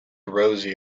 rosie